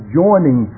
joining